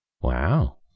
Wow